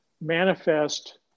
manifest